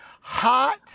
hot